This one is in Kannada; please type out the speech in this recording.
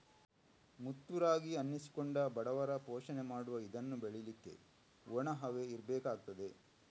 ಮುತ್ತು ರಾಗಿ ಅನ್ನಿಸಿಕೊಂಡ ಬಡವರ ಪೋಷಣೆ ಮಾಡುವ ಇದನ್ನ ಬೆಳೀಲಿಕ್ಕೆ ಒಣ ಹವೆ ಇರ್ಬೇಕಾಗ್ತದೆ